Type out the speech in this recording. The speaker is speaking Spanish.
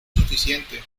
suficiente